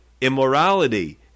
immorality